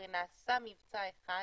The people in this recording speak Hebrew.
הרי נעשה מבצע אחד,